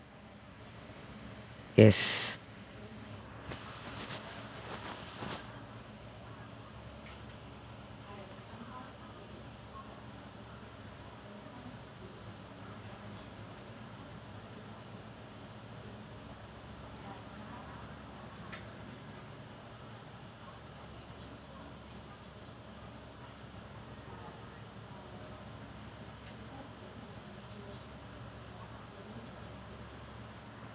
yes